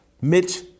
Mitch